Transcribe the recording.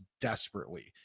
desperately